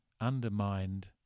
undermined